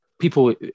people